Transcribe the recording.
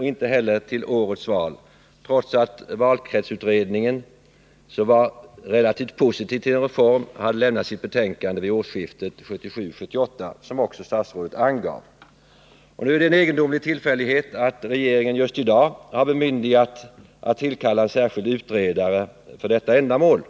Inte heller skedde någon ändring till årets val, trots att valkretsutredningen, som var relativt positiv till en sådan reform, hade avlämnat sitt betänkande vid årsskiftet 1977-1978, vilket statsrådet också angav. Av en egendomlig tillfällighet har regeringen just i dag bemyndigat Nr 40 statsrådet Petri att tillkalla en särskild utredare för detta ändamål.